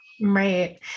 Right